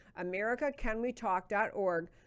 americacanwetalk.org